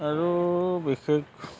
আৰু বিশেষ